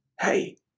Hey